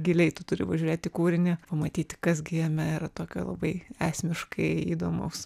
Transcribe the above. giliai tu turi pažiūrėti į kūrinį pamatyti kas gi jame yra tokio labai esmiškai įdomaus